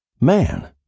Man